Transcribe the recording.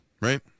right